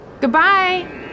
Goodbye